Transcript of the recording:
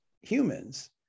humans